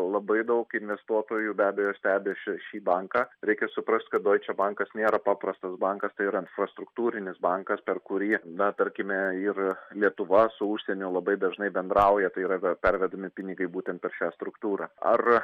labai daug investuotojų be abejo stebi ši šį banką reikia suprast kad doiče bankas nėra paprastas bankas tai yra infrastruktūrinis bankas per kurį na tarkime ir lietuva su užsieniu labai dažnai bendrauja tai yra ve pervedami pinigai būtent per šią struktūrą ar